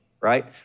right